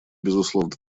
безусловно